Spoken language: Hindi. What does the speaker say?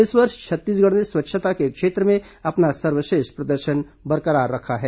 इस वर्ष छत्तीसगढ़ ने स्वच्छता के क्षेत्र में अपना सर्वश्रेष्ठ प्रदर्शन बरकरार रखा है